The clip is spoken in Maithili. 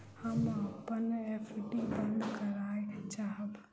हम अपन एफ.डी बंद करय चाहब